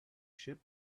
ship